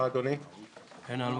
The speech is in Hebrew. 3 בעד, אין מתנגדים ואין